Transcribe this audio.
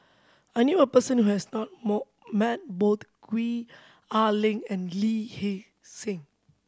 I knew a person who has not more met bot Gwee Ah Ling and Lee Hee Seng